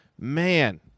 man